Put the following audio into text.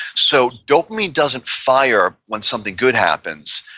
so dopamine doesn't fire when something good happens.